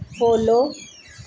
follow